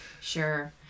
Sure